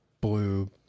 blue